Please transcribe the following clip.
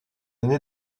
nait